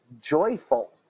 joyful